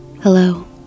Hello